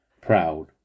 proud